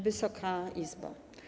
Wysoka Izbo!